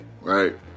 right